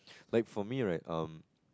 like for me right um